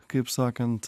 kaip sakant